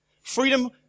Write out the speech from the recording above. Freedom